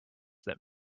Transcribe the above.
that